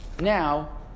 now